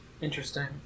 interesting